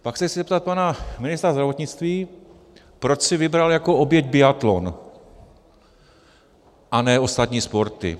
Pak se chci zeptat pana ministra zdravotnictví, proč si vybral jako oběť biatlon a ne ostatní sporty.